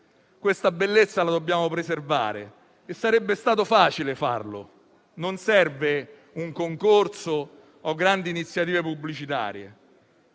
Questa bellezza dobbiamo preservarla e sarebbe stato facile farlo. Non servono un concorso, grandi iniziative pubblicitarie,